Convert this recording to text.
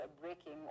breaking